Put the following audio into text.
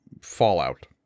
fallout